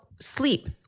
sleep